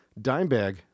Dimebag